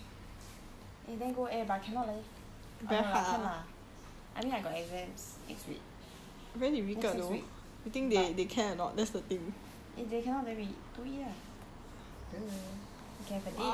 eh then go eh but cannot leh no lah can lah I mean I got exams next week next next week but if they cannot then we two eat lah the~ we can have a date